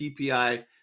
PPI